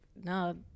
No